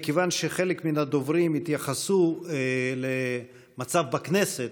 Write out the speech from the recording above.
מכיוון שחלק מהדוברים התייחסו למצב בכנסת,